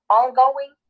ongoing